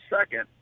second